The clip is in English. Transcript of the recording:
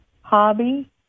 hobby